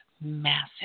massive